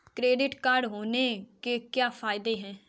Credit card होने के क्या फायदे हैं?